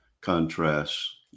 contrasts